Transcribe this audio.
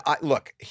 look